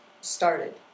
started